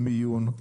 מיון,